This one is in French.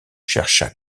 chercha